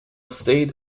state